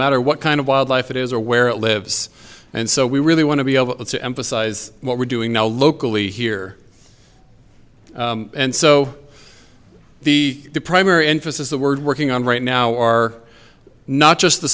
matter what kind of wildlife it is or where it lives and so we really want to be able to emphasize what we're doing now locally here and so the primary emphasis the word working on right now are not just